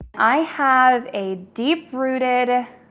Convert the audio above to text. i have a deep rooted,